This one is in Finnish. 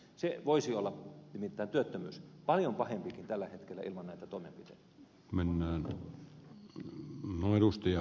työttömyys voisi olla paljon pahempikin tällä hetkellä ilman näitä toimenpiteitä